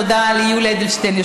תודה ליולי אדלשטיין,